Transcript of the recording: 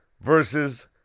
versus